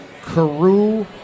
Carew